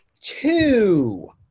two